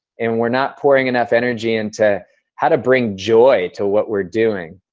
and we're not pouring enough energy into how to bring joy to what we're doing.